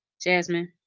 Jasmine